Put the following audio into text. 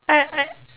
I I